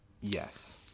Yes